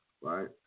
right